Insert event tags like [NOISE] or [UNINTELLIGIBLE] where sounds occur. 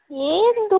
এই [UNINTELLIGIBLE]